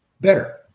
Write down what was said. better